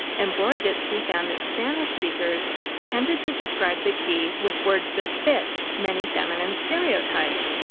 and boroditsky found that spanish speakers tended to describe the key with words that fit many feminine stereotypes,